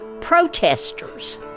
protesters